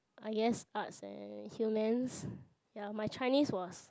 I guess arts and humans ya my Chinese was